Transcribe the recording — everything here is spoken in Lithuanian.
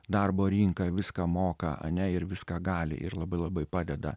darbo rinką viską moka ane ir viską gali ir labai labai padeda